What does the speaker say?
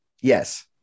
Yes